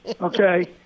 Okay